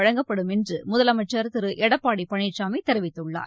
வழங்கப்படும் என்று முதலமைச்சர் திரு எடப்பாடி பழனிசாமி தெரிவித்துள்ளார்